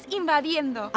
invadiendo